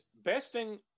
besting